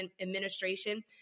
administration